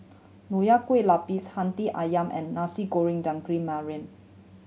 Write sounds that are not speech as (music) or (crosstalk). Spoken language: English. Nonya Kueh Lapis Hati Ayam and Nasi Goreng daging (unintelligible)